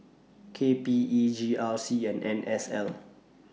K P E G R C and N S L